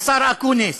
השר אקוניס,